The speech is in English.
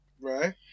Right